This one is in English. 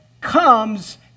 comes